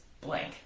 blank